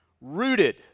rooted